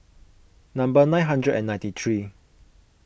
number nine hundred and ninety three